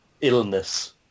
illness